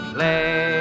Play